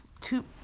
two